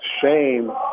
shame